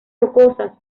rocosas